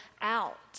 out